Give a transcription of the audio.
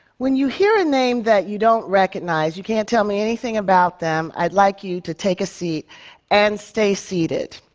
when you hear a name that you don't recognize, you can't tell me anything about them, i'd like you to take a seat and stay seated.